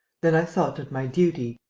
then i thought that my duty.